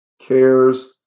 cares